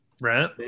Right